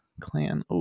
clan